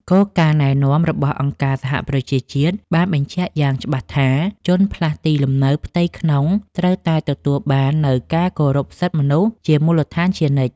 គោលការណ៍ណែនាំរបស់អង្គការសហប្រជាជាតិបានបញ្ជាក់យ៉ាងច្បាស់ថា ជនផ្លាស់ទីលំនៅផ្ទៃក្នុងត្រូវតែទទួលបាននូវការគោរពសិទ្ធិមនុស្សជាមូលដ្ឋានជានិច្ច។